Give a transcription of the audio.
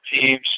teams